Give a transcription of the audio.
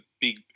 big